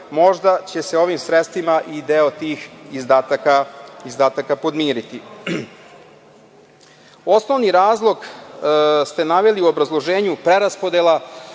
možda će se ovim sredstvima i deo tih izdataka podmiriti. Osnovni razlog ste naveli u obrazloženju preraspodela,